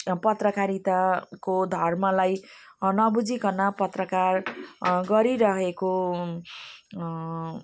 पत्रकारिताको धर्मलाई नबुझिकन पत्रकार गरिरहेको